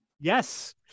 Yes